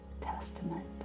Testament